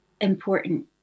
important